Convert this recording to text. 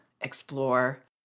explore